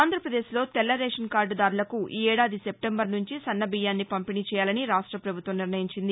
ఆంధ్రాప్రదేశ్ లో తెల్లరేషన్ కార్డు దారులకు ఈఏడాది సెప్లెంబర్ నుంచి సన్న బియ్యాన్ని పంపిణీ చేయాలని రాష్ట్రపభుత్వం నిర్ణయించింది